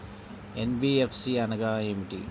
NBFC అనగా ఏమిటీ?